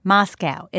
Moscow